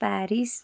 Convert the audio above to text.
Paris